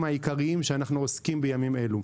העיקריים שאנחנו עוסקים בהם בימים אלה.